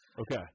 Okay